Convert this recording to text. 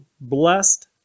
Blessed